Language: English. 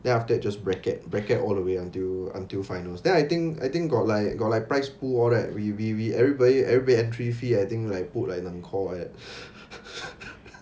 then after that just bracket bracket all the way until until finals then I think I think got like got like prize pool all that we we we everybody everybody entry fee I think like put like leng kor like that